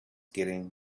getting